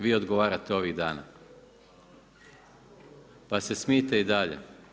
Vi odgovarate ovih dana pa se smijte i dalje.